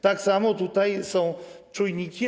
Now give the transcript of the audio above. Tak samo tutaj są czujniki.